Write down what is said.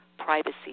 privacy